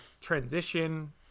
transition